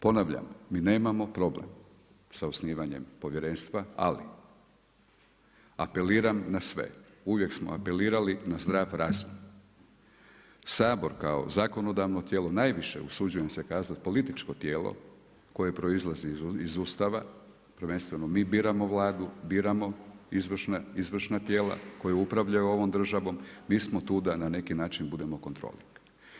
Ponavljam, mi nemamo problem sa osnivanjem povjerenstva, ali apeliram na sve, uvijek smo apelirali na zdrav razum, Sabor kao zakonodavno tijelo najviše usuđujem se kazati političko tijelo koje proizlazi iz Ustava, prvenstveno mi biramo Vladu, biramo izvršna tijela koja upravljaju ovom državom, mi smo tu da na neki način budemo kontrolik.